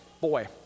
boy